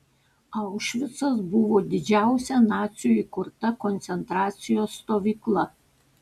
aušvicas buvo didžiausia nacių įkurta koncentracijos stovykla